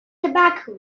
tobacco